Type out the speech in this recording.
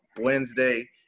Wednesday